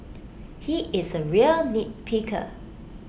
he is A real nitpicker